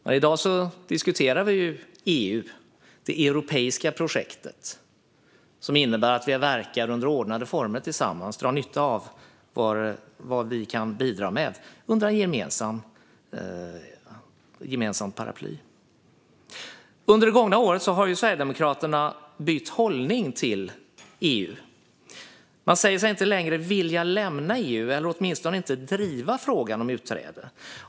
Men i dag diskuterar vi just EU, det europeiska projekt som innebär att vi under ordnade former verkar tillsammans och drar nytta av det vi kan bidra med under ett gemensamt paraply. Under det gångna året har Sverigedemokraterna bytt hållning till EU. Man säger sig inte längre vilja lämna EU eller åtminstone inte driva frågan om utträde.